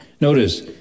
Notice